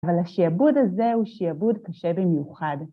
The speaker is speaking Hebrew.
אבל השיעבוד הזה הוא שיעבוד קשה במיוחד.